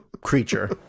creature